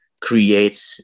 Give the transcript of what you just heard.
create